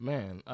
Man